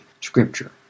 Scripture